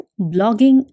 blogging